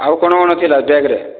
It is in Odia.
ଆଉ କ'ଣ କ'ଣ ଥିଲା ବ୍ୟାଗରେ